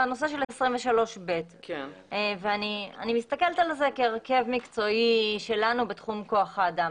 על הנושא של 23ב. אני מסתכלת על זה כהרכב מקצועי שלנו בתחום כוח האדם,